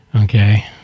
Okay